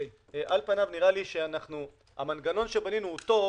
על פניו נראה לי שהמנגנון שבנינו הוא טוב,